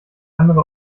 andere